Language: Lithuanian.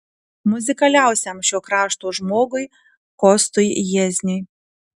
muzikaliausiam šio krašto žmogui kostui jiezniui